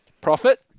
Profit